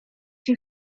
czy